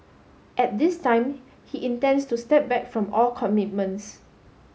at this time he intends to step back from all commitments